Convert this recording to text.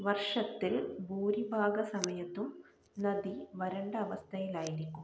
വർഷത്തിൽ ഭൂരിഭാഗ സമയത്തും നദി വരണ്ട അവസ്ഥയിലായിരിക്കും